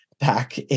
back